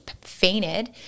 fainted